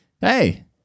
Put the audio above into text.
hey